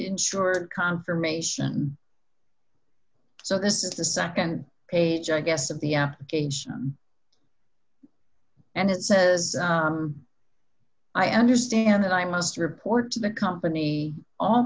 insured confirmation so this is the nd page i guess of the application and it says i understand that i must report to the company on